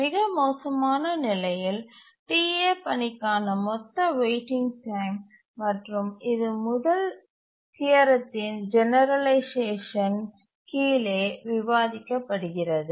மிக மோசமான நிலையில் Ta பணிக்கான மொத்த வெயிட்டிங் டைம் மற்றும் இது முதல் தியரத்தின் ஜெனரலைஸ்சேஷன் கீழே விவாதிக்கப்படுகிறது